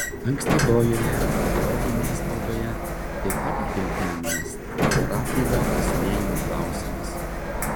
ankstyvojoje periodinėje spaudoje taip pat gvildenamas taurapilio kasinėjimų klausimas